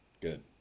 good